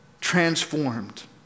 transformed